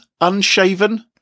unshaven